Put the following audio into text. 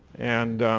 and,